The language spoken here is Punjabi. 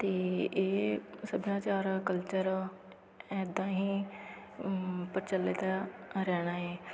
ਅਤੇ ਇਹ ਸੱਭਿਆਚਾਰ ਕਲਚਰ ਇੱਦਾਂ ਹੀ ਪ੍ਰਚਲਿਤ ਰਹਿਣਾ ਹੈ